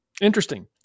interesting